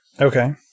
Okay